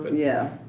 yeah,